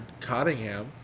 Cottingham